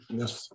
yes